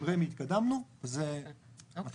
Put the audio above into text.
עם רמ"י התקדמנו וזה מתחיל.